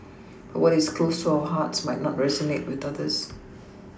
but what is close to our hearts might not resonate with others